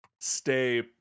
stay